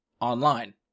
online